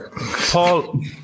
Paul